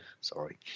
Sorry